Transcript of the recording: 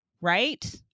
right